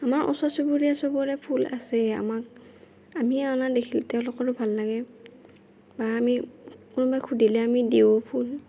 আমাৰ ওচৰ চুবুৰীয়া চবৰে ফুল আছেয়ে আমাক আমিয়ে অনা দেখি তেওঁলোকৰো ভাল লাগে বা আমি কোনোবাই সুধিলে আমি দিও ফুল